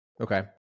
Okay